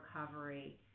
recovery